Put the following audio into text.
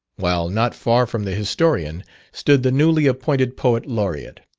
while not far from the historian stood the newly-appointed poet laureat.